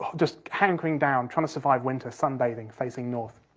just hankering down, trying to survive winter, sunbathing, facing north.